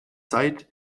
zeit